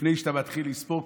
לפני שאתה מתחיל לספור,